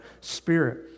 spirit